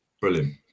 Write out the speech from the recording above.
Brilliant